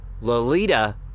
Lolita